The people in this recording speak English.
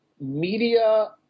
Media